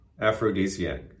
Aphrodisiac